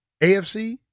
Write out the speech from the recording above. AFC